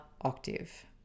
octave